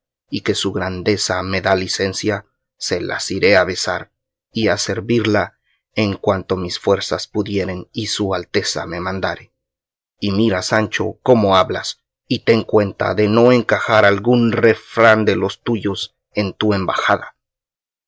y que si su grandeza me da licencia se las iré a besar y a servirla en cuanto mis fuerzas pudieren y su alteza me mandare y mira sancho cómo hablas y ten cuenta de no encajar algún refrán de los tuyos en tu embajada